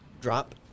Drop